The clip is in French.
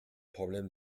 problème